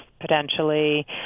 potentially